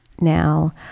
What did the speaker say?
Now